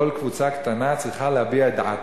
כל קבוצה קטנה צריכה להביע את דעתה.